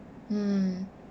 mm